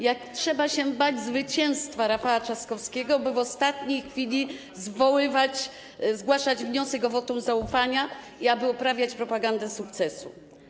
Jak trzeba się bać zwycięstwa Rafała Trzaskowskiego, by w ostatniej chwili zgłaszać wniosek o wotum zaufania, aby uprawiać propagandę sukcesu?